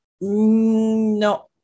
No